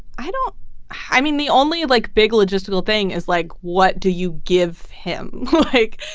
i don't i mean, the only like big logistical thing is like, what do you give him like?